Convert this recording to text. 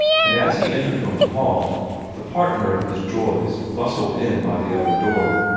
and as he entered from the hall the partner of his joys bustled in by the other door,